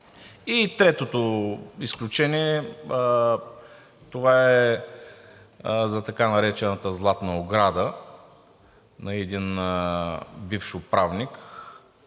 третото изключение е за така наречената златна ограда на един бивш управник,